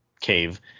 cave